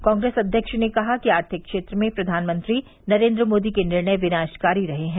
कांग्रेस अध्यक्ष ने कहा कि आर्थिक क्षेत्र में प्रधानमंत्री नरेन्द्र मोदी के निर्णय विनाशकारी रहे हैं